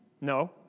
No